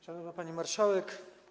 Szanowna Pani Marszałek!